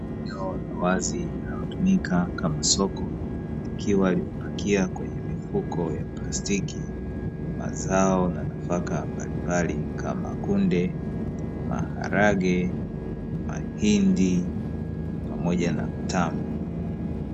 Eneo la wazi linalotumika kama soko, likiwa limepakia kwenye mifuko ya plastiki ,mazao na nafaka mbalimbali kama vile; kunde, maharage mahindi pamoja na mtama.